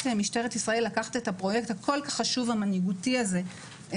משטרת ישראל לקחת את הפרויקט הכל כך חשוב המנהיגותי הזה,